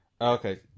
Okay